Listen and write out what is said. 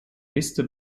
liste